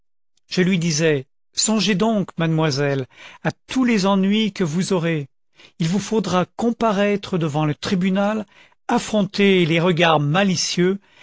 je lui disais songez donc mademoiselle à tous les ennuis que vous aurez il vous faudra comparaître devant le tribunal affronter les regards malicieux